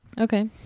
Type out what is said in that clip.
Okay